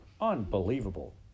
Unbelievable